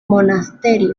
monasterio